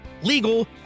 legal